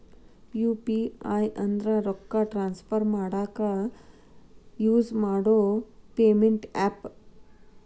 UPI ಅಂದ್ರ ರೊಕ್ಕಾ transfer ಮಾಡಾಕ ಯುಸ್ ಮಾಡೋ ಪೇಮೆಂಟ್ ಆಪ್ಸ್